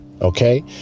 Okay